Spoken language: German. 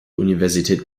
universität